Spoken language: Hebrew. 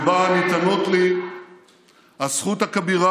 זו הפעם החמישית שבה ניתנות לי הזכות הכבירה